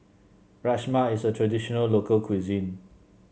rajma is a traditional local cuisine